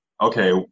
okay